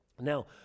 now